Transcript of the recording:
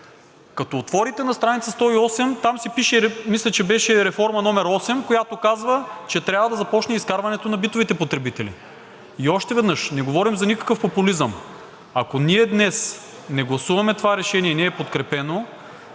Като отворите на страница 108, там си пише – мисля, че беше Реформа № 8, която казва, че трябва да започне изкарването на битовите потребители. И още веднъж – не говорим за никакъв популизъм. Ако ние днес не гласуваме това Решение и не е подкрепено,